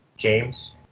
James